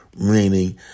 meaning